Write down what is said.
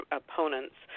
opponents